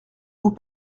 vous